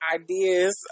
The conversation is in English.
ideas